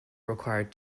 required